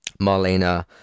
Marlena